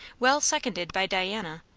well seconded by diana,